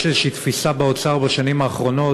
יש איזו תפיסה באוצר בשנים האחרונות,